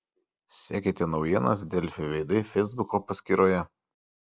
sekite naujienas delfi veidai feisbuko paskyroje